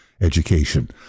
education